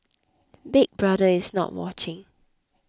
Big Brother is not watching